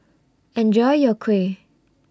Enjoy your Kuih